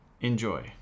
Enjoy